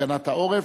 הגנת העורף,